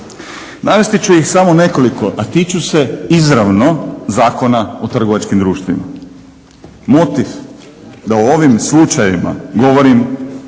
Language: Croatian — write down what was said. Navesti ću ih samo nekoliko, a tiču se izravno Zakona o trgovačkim društvima. Motiv da o ovim slučajevima govorim